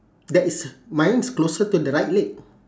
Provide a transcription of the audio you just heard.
that is uh mine's closer to the right leg